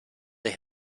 they